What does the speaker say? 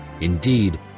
Indeed